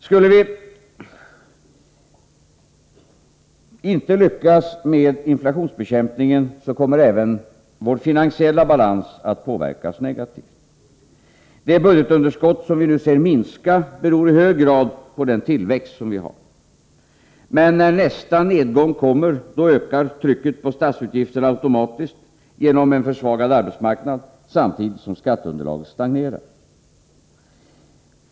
Skulle vi inte lyckas med inflationsbekämpningen kommer även vår finansiella balans att påverkas negativt. Att budgetunderskottet nu minskar beror i hög grad på den tillväxt som vi har. Men när nästa nedgång kommer ökar trycket på statsutgifterna automatiskt genom en försvagad arbetsmarknad, samtidigt som skatteunderlaget stagnerar.